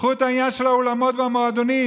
קחו את העניין של האולמות והמועדונים: